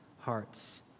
hearts